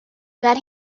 that